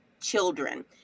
children